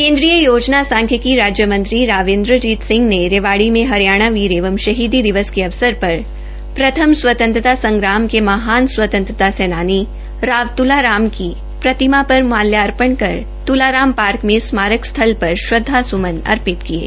केन्द्रीय योजना सांख्यिकी राज्य मंत्री राव इंद्रजीत सिंह ने रेवाड़ी में हरियाणा वीर एवं शहीदी दिवस के अवसर पर प्रथ्म स्वतंत्रता संग्राम के महान स्वतंत्रता सेनानी राव त्ला राम की प्रतिमा पर माल्यापर्ण कर तलाराम पार्क में स्मारक स्थल पर श्रद्धास्मन अर्पित किये